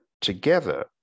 together